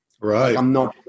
Right